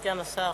סגן השר.